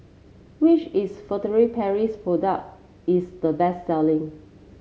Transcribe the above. which is Furtere Paris product is the best selling